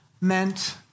meant